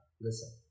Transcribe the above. listen